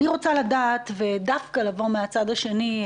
אני רוצה לדעת ודווקא לבוא מהצד השני,